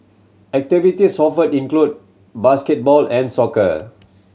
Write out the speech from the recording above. activities offered include basketball and soccer